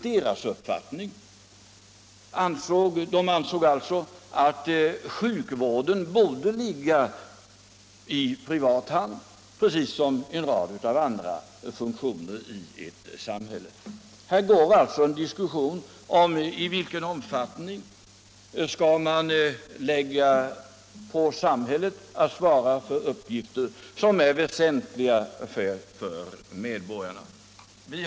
De ansåg att sjukvården borde ligga i privat ägo, precis som en rad andra funktioner i samhället. Det pågår alltså en diskussion om i vilken omfattning man bör ålägga samhället att svara för uppgifter som är väsentliga för medborgarna.